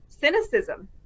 cynicism